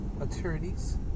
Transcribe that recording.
attorneys